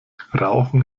rauchen